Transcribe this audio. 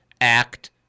act